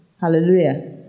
Hallelujah